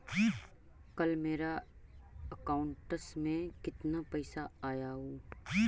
कल मेरा अकाउंटस में कितना पैसा आया ऊ?